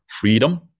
freedom